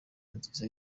nziza